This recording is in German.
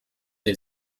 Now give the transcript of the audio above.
der